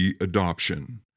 adoption